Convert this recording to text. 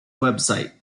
website